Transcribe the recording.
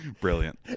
brilliant